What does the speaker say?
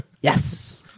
Yes